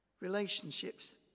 relationships